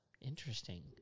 Interesting